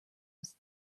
was